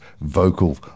vocal